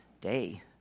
day